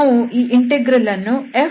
ನಾವು ಈ ಇಂಟೆಗ್ರಲ್ಅನ್ನು F